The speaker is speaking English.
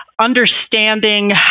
understanding